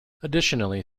additionally